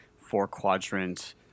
four-quadrant